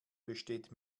besteht